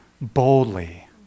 boldly